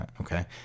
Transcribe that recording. okay